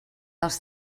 els